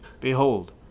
Behold